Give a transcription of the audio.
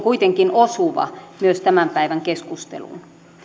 kuitenkin osuva myös tämän päivän keskusteluun